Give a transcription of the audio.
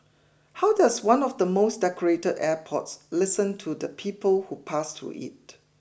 how does one of the most decorated airports listen to the people who pass through it